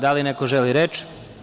Da li neko želi reč?